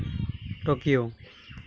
Tokyo